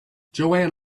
joanne